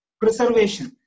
preservation